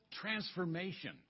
transformation